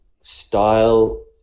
style